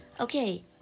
Okay